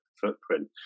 footprint